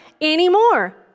anymore